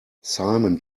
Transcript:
simon